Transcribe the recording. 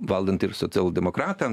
valdant ir socialdemokratams